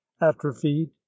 atrophied